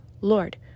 Lord